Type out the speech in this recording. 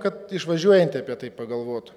kad išvažiuojantie apie tai pagalvotų